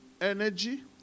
energy